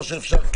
או שאפשר,